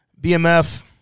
BMF